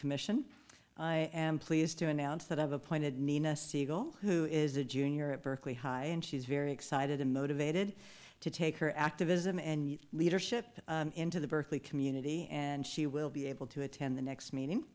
commission i am pleased to announce that i've appointed nina siegel who is a junior at berkeley high and she's very excited and motivated to take her activism and leadership into the berkeley community and she will be able to attend the next meeting